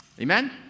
Amen